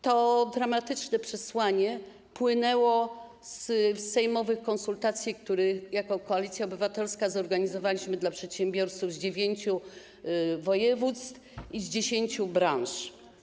To dramatyczne przesłanie płynęło z sejmowych konsultacji, który jako Koalicja Obywatelska zorganizowaliśmy dla przedsiębiorców z dziewięciu województw i dziesięciu branż.